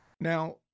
Now